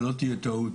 שלא תהיה טעות.